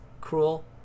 Cruel